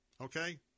Okay